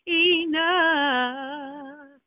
enough